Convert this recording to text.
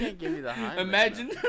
Imagine